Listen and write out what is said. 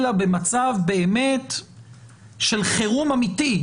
אלא במצב באמת של חירום אמיתי,